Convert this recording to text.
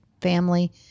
family